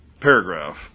paragraph